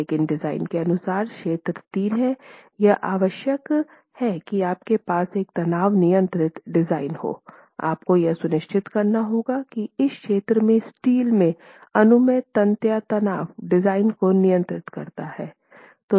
लेकिन डिज़ाइन के अनुसार क्षेत्र 3 में यह आवश्यक है कि आपके पास एक तनाव नियंत्रित डिज़ाइन हो आपको यह सुनिश्चित करना होगा कि इस क्षेत्र में स्टील में अनुमेय तन्यता तनाव डिज़ाइन को नियंत्रित करता है